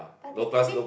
but they